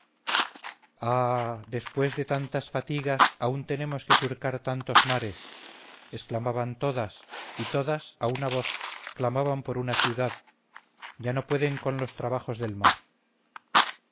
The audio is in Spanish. después de tantas fatigas aun tenemos que surcar tantos mares exclamaban todas y todas a una voz claman por una ciudad ya no pueden con los trabajos del mar